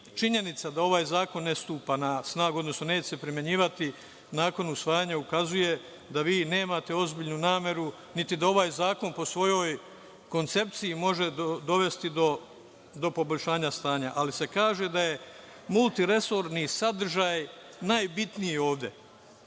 činjenica da ovaj zakon ne stupa na snagu, odnosno neće se primenjivati nakon usvajanja ukazuje da vi nemate ozbiljnu nameru, niti da ovaj zakon po svojoj koncepciji može dovesti do poboljšanja stanja. Ali, kaže se da je multiresorni sadržaj najbitniji ovde,